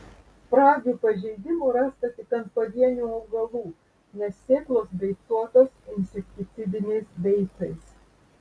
spragių pažeidimų rasta tik ant pavienių augalų nes sėklos beicuotos insekticidiniais beicais